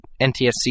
NTSC